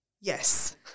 yes